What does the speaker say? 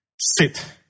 Sit